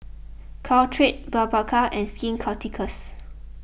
Caltrate Blephagel and Skin Ceuticals